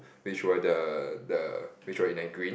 which were the the which were in a green